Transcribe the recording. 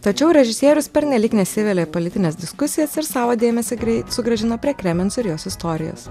tačiau režisierius pernelyg nesivelia į politines diskusijas ir savo dėmesį greit sugrąžino prie kremens ir jos istorijos